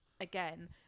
again